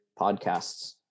podcasts